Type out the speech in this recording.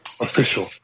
official